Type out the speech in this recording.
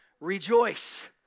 rejoice